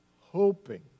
hoping